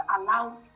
allow